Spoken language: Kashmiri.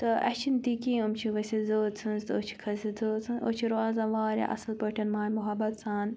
تہٕ اسہِ چھِنہٕ تِہ کیٚنٛہہ یِم چھِ ؤسِتھ زٲژ ہنٛز تہٕ أسۍ چھِ کھٔسِتھ زٲژ ہنٛز أسۍ چھِ روزان واریاہ اصٕل پٲٹھۍ ماے مُحبَت سان